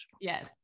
Yes